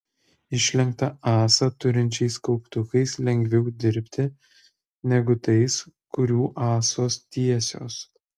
išlenktą ąsą turinčiais kauptukais lengviau dirbti negu tais kurių ąsos tiesios